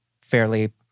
fairly